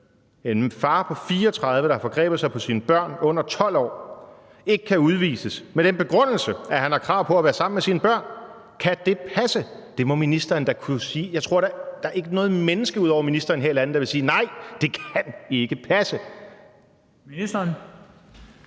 en far på 34 år, der har forgrebet sig på sine børn under 12 år – ikke kan udvises, med den begrundelse, at han har krav på at være sammen med sine børn? Kan det passe? Det må ministeren da kunne sige. Der er ikke noget menneske ud over ministeren her i landet, der ikke vil sige: Nej, det kan ikke passe. Kl.